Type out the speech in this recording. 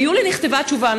ביולי נכתבה התשובה,